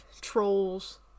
trolls